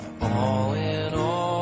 all-in-all